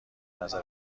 نظر